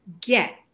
get